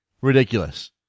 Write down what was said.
ridiculous